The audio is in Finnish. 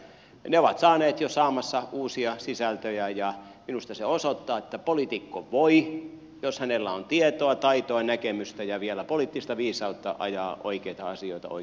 ne ovat jo saaneet ja saamassa uusia sisältöjä ja minusta se osoittaa että poliitikko voi jos hänellä on tietoa taitoa näkemystä ja vielä poliittista viisautta ajaa oikeita asioita oikeaan suuntaan